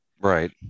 Right